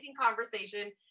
conversation